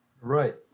Right